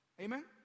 Amen